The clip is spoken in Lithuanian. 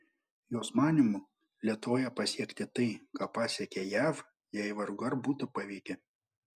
jos manymu lietuvoje pasiekti tai ką pasiekė jav jai vargu ar būtų pavykę